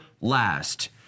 last